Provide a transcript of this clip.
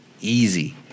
easy